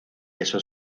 esos